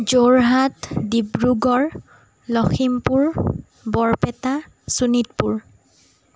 Jorhat Dibrugarh Lakhimpur Barpeta Sonitpur